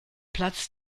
platz